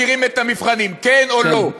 אנחנו מכירים את המבחנים, כן או לא?